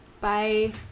Bye